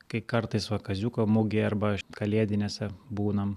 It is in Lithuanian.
kai kartais va kaziuko mugėje arba kalėdinėse būnam